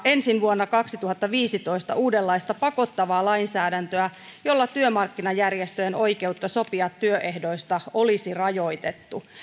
ensin vuonna kaksituhattaviisitoista uudenlaista pakottavaa lainsäädäntöä jolla työmarkkinajärjestöjen oikeutta sopia työehdoista olisi rajoitettu